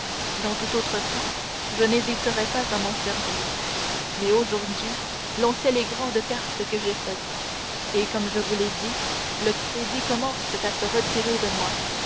dans tout autre temps je n'hésiterais pas à m'en servir mais aujourd'hui l'on sait les grandes pertes que j'ai faites et comme je vous l'ai dit le crédit commence à se retirer de moi